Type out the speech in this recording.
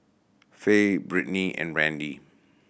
Faye Brittny and Randy